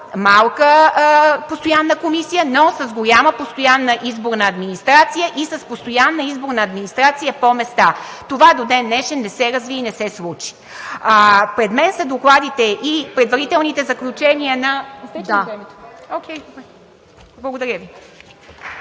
малка постоянна комисия, но с голяма постоянна изборна администрация и с постоянна изборна администрация по места. Това до ден днешен не се разви и не се случи. (Шум и реплики.) Пред мен са докладите и предварителните заключения на… Изтече ли